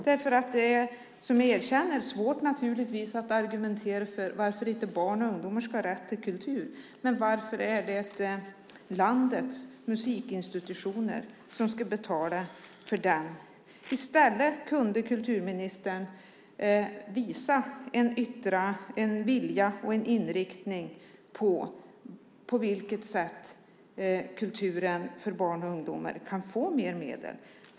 Det är naturligtvis svårt att argumentera för varför inte barn och ungdomar ska ha rätt till kultur. Varför är det landets musikinstitutioner som ska betala för det? I stället kunde kulturministern visa en vilja och en inriktning för hur kultur för barn och ungdomar kan få mer medel.